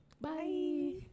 bye